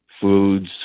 foods